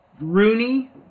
Rooney